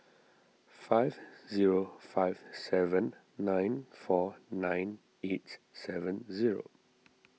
five zero five seven nine four nine eight seven zero